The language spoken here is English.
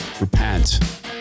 Repent